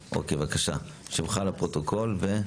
בבקשה, שמך לפרוטוקול.